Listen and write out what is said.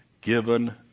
given